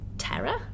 terror